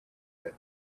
that